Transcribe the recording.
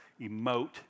emote